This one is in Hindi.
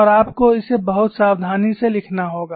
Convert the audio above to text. और आपको इसे बहुत सावधानी से लिखना होगा